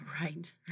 Right